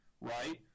right